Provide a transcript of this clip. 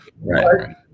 Right